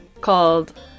called